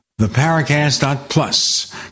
theparacast.plus